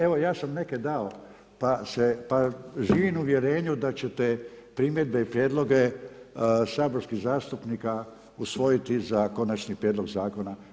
Evo ja sam neke dao pa živim u uvjerenju da ćete primjedbe i prijedloge saborskih zastupnika usvojiti za konačni prijedlog zakona.